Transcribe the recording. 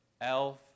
Elf